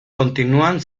continúan